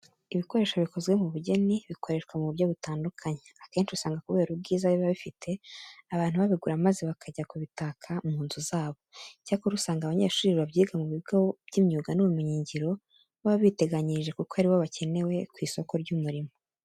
Ibikoresho bikozwe mu bugeni bikoreshwa mu buryo butandukanye. Akenshi usanga kubera ubwiza biba bifite, abantu babigura maze bakajya kubitaka mu nzu zabo. Icyakora usanga abanyeshuri babyiga mu bigo by'imyuga n'ubumenyingiro, baba biteganyirije kuko ari bo bakenewe ku isoko ry'umurimo.